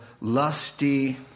lusty